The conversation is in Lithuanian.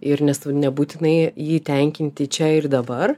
ir nes nebūtinai jį tenkinti čia ir dabar